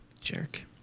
jerk